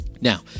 Now